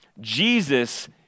Jesus